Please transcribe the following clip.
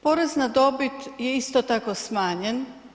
Porez na dobit je isto tako smanjen.